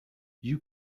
you